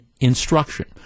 instruction